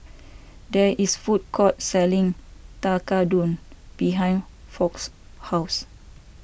there is food court selling Tekkadon behind Foch's house